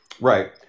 Right